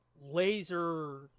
laser